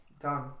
Done